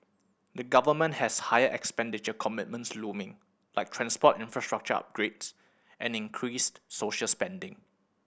the government has higher expenditure commitments looming like transport infrastructure upgrades and increased social spending